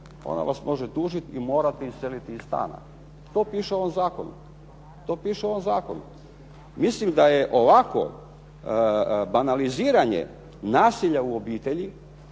Ona vas može tužiti i morate iseliti iz stana. To piše u ovom zakonu. Mislim da je ovakvo banaliziranje nasilja u obitelji